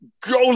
Go